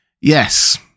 Yes